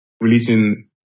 releasing